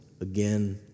again